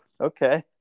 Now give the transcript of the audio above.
Okay